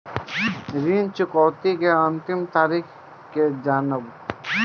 ऋण चुकौती के अंतिम तारीख केगा जानब?